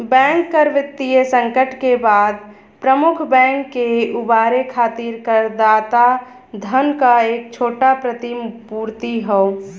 bank कर वित्तीय संकट के बाद प्रमुख बैंक के उबारे खातिर करदाता धन क एक छोटा प्रतिपूर्ति हौ